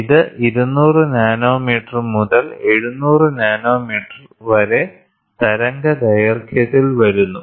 ഇത് 200 നാനോമീറ്റർ മുതൽ 700 നാനോമീറ്റർ വരെ തരംഗദൈർഘ്യത്തിൽ വരുന്നു